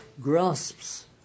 grasps